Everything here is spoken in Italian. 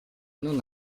non